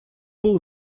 был